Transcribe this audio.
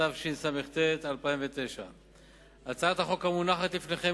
התשס"ט 2009. הצעת החוק המונחת לפניכם